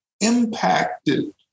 impacted